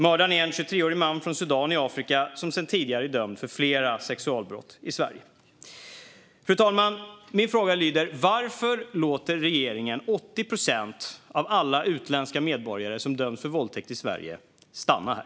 Mördaren är en 23-årig man från Sudan i Afrika som sedan tidigare är dömd för flera sexualbrott i Sverige. Fru talman! Varför låter regeringen 80 procent av alla utländska medborgare som dömts för våldtäkt i Sverige stanna här?